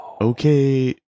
okay